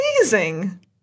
amazing